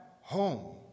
home